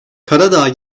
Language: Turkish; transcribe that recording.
karadağ